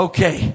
Okay